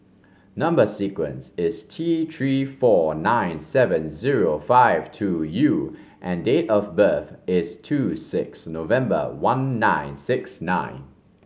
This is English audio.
number sequence is T Three four nine seven zero five two U and date of birth is two six November one nine six nine